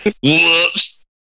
Whoops